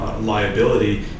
liability